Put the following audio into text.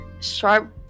sharp